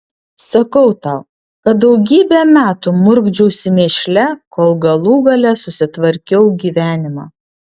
sakau tau kad daugybę metų murkdžiausi mėšle kol galų gale susitvarkiau gyvenimą